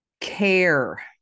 care